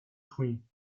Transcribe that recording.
cream